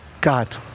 God